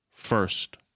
First